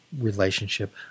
relationship